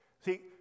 See